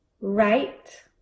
Right